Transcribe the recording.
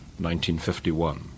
1951